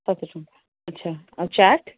ସାତ ଟଙ୍କା ଆଚ୍ଛା ଆଉ ଚାଟ୍